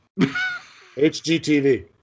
HGTV